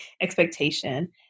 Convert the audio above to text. expectation